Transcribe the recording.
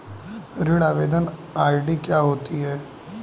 ऋण आवेदन आई.डी क्या होती है?